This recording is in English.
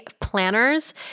planners